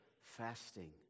fasting